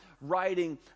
writing